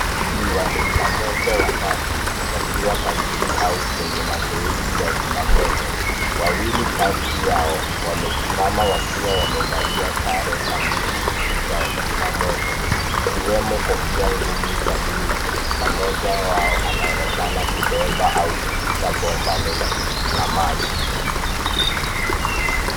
Ni wazima moto watatu wakiwa kazini au kwenye mazoezi ya zima moto. Wawili kati yao wamesimama wakiwa wamevalia sare kamili za zima moto ikiwemo kofia ngumu za blue na mmoja wao anaonekana kubeba au kushika bomba refu la maji .